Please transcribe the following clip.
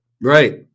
Right